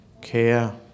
care